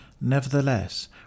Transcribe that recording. Nevertheless